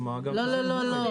לא, לא, לא.